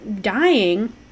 dying